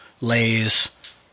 lays